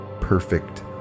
perfect